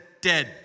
dead